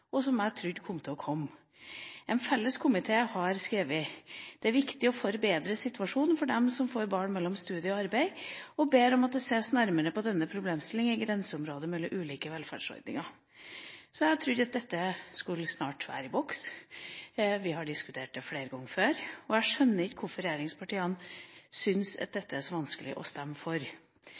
og som jeg trodde skulle komme. En enstemmig komité har skrevet at «…det er viktig å forbedre situasjonen for dem som får barn mellom studier og arbeid, og ber om at det ses nærmere på denne problemstillingen i grenseområdet mellom ulike velferdsordninger.» Så jeg trodde at dette snart skulle være i boks. Vi har diskutert det flere ganger før. Jeg skjønner ikke hvorfor regjeringspartiene syns dette er så vanskelig å stemme for.